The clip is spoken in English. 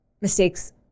mistakes